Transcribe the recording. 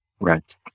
Right